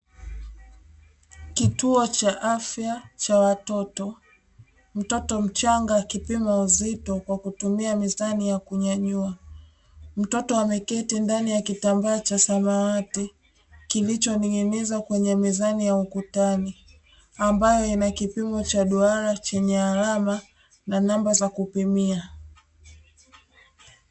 Kituo cha afya cha watoto, mtoto mchanga akipimwa uzito kwa kutumia mizani ya kunyanyua, mtoto ameketi ndani ya kitambaa cha samawati kilichoning'inizwa kwenye mizani ya ukutani ambayo inakipimo cha duara chenye alama na namba za kupimia.